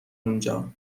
اونجا